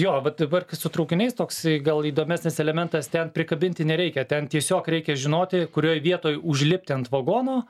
jo vat dabar kai su traukiniais toksai gal įdomesnis elementas ten prikabinti nereikia ten tiesiog reikia žinoti kurioj vietoj užlipti ant vagono